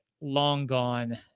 long-gone